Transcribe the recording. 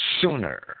sooner